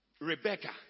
Rebecca